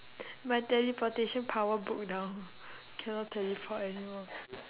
my teleportation power broke down cannot teleport anymore